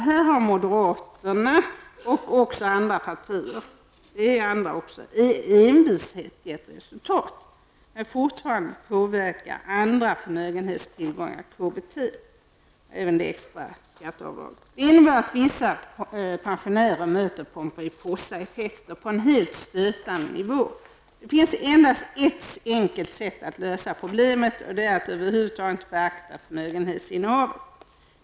Här har moderaternas och även andra partiers envishet gett resultat. Men fortfarande påverkar andra förmögenhetstillgångar KBT och även det extra skatteavdraget. Det innebär att vissa pensionärer möter Pomperipossaeffekter på en helt stötande nivå. Det finns endast ett enkelt sätt att lösa problemet och det är att över huvud taget inte beakta förmögenhetsinnehavet.